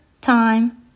time